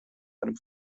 einem